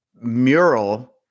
mural